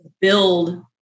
build